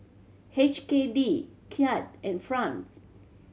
H K D Kyat and Franc